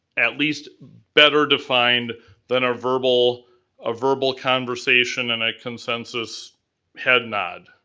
at least better defined than a verbal a verbal conversation and a consensus head nod.